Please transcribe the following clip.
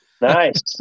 Nice